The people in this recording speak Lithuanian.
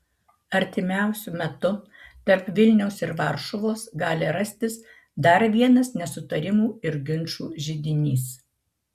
artimiausiu metu tarp vilniaus ir varšuvos gali rastis dar vienas nesutarimų ir ginčų židinys